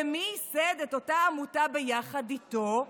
ומי ייסד את אותה עמותה ביחד איתו?